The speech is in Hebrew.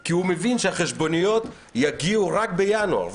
כי הוא מבין שהחשבוניות יגיעו רק בינואר.